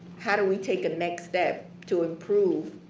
how do we take a next step to improve